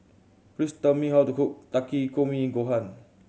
please tell me how to cook Takikomi Gohan